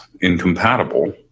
incompatible